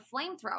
flamethrower